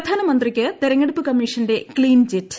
പ്രധാനമന്ത്രിയ്ക്ക് തിരഞ്ഞെടുപ്പ് കമ്മീഷന്റെ clean chit